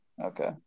okay